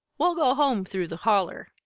we'll go home through the holler,